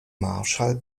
marshall